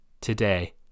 today